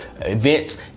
events